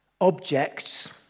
objects